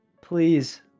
Please